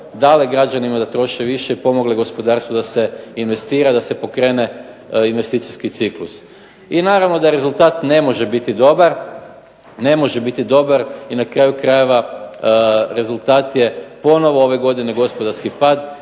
dale građanima da troše više i pomogle gospodarstvu da se investira, da se pokrene investicijski ciklus. I naravno da rezultat ne može biti dobar. I na kraju krajeva rezultat je ponovno ove godine gospodarski pad.